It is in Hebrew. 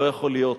לא יכול להיות